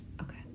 Okay